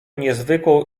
niezwykłą